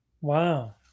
Wow